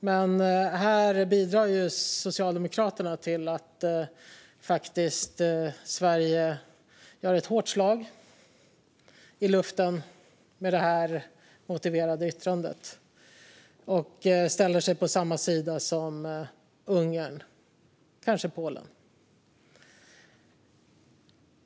Men här bidrar ju Socialdemokraterna till att Sverige gör ett hårt slag i luften med det här motiverade yttrandet och ställer sig på samma sida som Ungern och kanske Polen.